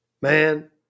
man